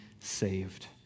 saved